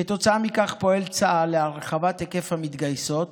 כתוצאה מכך פועל צה"ל להרחבת היקף המתגייסות